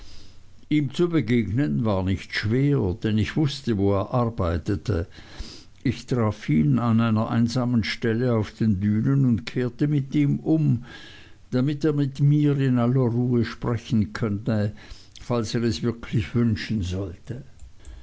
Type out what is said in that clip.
ihm zu begegnen war nicht schwer denn ich wußte wo er arbeitete ich traf ihn an einer einsamen stelle auf den dünen und kehrte mit ihm um damit er mit mir in aller ruhe sprechen könnte falls er es wirklich wünschen sollte